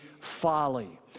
folly